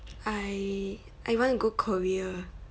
I I want to go korea